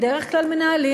בדרך כלל מנהלים,